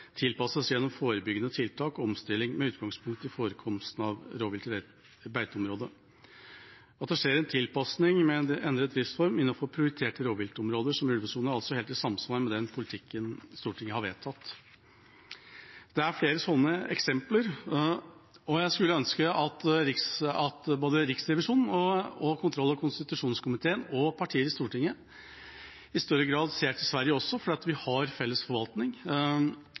tilpasses gjennom forebyggende tiltak og omstilling, med utgangspunkt i forekomsten av rovvilt i beiteområdet.» At det skjer en tilpasning med en endret driftsform innenfor prioriterte rovviltområder som ulvesonen, er altså helt i samsvar med den politikken Stortinget har vedtatt. Det er flere slike eksempler, og jeg skulle ønske at både Riksrevisjonen, kontroll- og konstitusjonskomiteen og partier i Stortinget i større grad også ser til hva Sverige gjør, fordi vi har felles forvaltning.